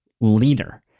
leader